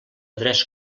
tres